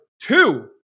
two